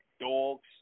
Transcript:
dogs